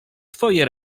twoje